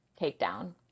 takedown